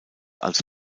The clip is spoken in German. als